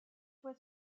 was